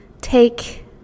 take